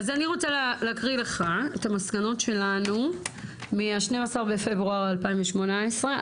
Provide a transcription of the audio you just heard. אז אני רוצה להקריא לך את המסקנות שלנו מה-12 בפברואר 2018,